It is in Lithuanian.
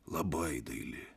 labai daili